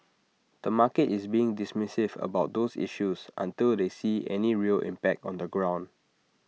the market is being dismissive about those issues until they see any real impact on the ground